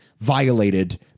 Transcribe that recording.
violated